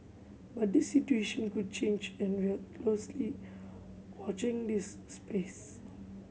but this situation could change and we are closely watching this space